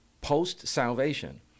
post-salvation